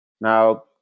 Now